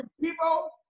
People